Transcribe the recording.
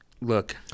look